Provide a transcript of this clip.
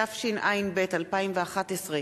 התשע"ב 2011,